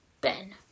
Ben